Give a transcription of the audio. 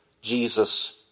Jesus